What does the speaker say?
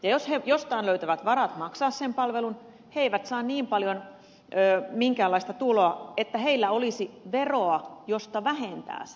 jos he jostain löytävät varat maksaa sen palvelun he eivät saa niin paljon minkäänlaista tuloa että heillä olisi veroa josta vähentää se